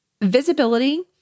visibility